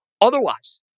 otherwise